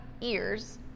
ears